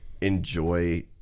enjoy